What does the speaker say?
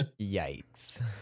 Yikes